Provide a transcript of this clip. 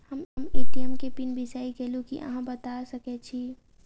हम ए.टी.एम केँ पिन बिसईर गेलू की अहाँ बता सकैत छी?